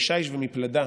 משיש ומפלדה,